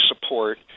support